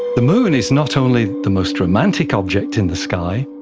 the moon is not only the most romantic object in the sky,